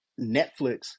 Netflix